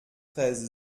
treize